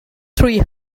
three